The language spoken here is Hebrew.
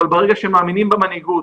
אבל ברגע שמאמינים במנהיגות,